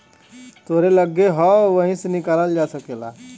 तोहरे लग्गे हौ वही से निकालल जा सकेला